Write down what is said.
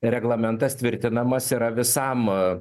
reglamentas tvirtinamas yra visam